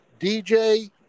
DJ